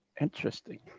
Interesting